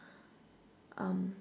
um